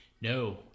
no